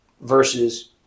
versus